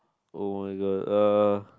oh my god uh